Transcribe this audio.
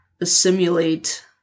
assimilate